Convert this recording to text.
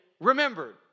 remembered